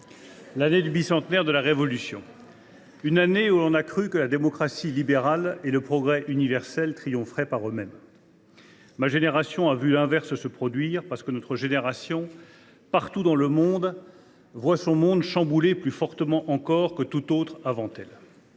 l’année du bicentenaire de la Révolution, une année où l’on a cru que la démocratie libérale et le progrès universel triompheraient par eux mêmes. « Ma génération a vu l’inverse se produire. « Parce que ma génération, partout dans le monde, voit son monde chamboulé plus fortement encore que toute autre avant elle,